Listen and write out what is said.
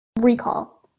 recall